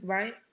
Right